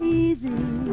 easy